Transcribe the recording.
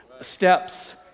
Steps